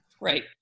Right